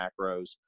macros